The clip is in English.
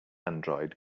android